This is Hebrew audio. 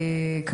בוקר טוב לכולם.